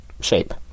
shape